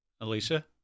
Alicia